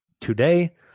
today